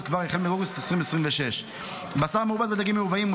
כבר החל מאוגוסט 2026. בשר מעובד ודגים מיובאים,